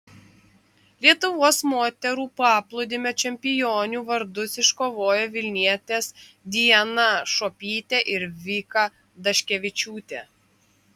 lietuvos moterų paplūdimio čempionių vardus iškovojo vilnietės diana šuopytė ir vika daškevičiūtė